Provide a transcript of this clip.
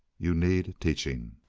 you need teaching.